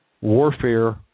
warfare